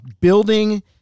building